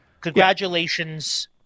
Congratulations